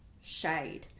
shade